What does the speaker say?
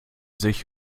sich